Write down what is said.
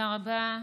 תודה רבה.